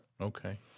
Okay